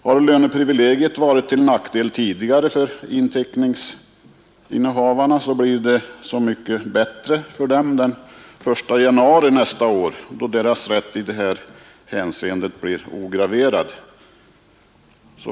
Har löneprivilegiet varit till nackdel tidigare för inteckningshavarna, blir det så mycket bättre för dem efter den 1 januari nästa år, då deras rätt i detta hänseende blir ograverad.